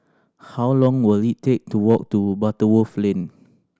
how long will it take to walk to Butterworth Lane